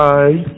Bye